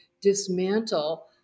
dismantle